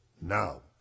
now